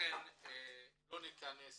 ולא ניכנס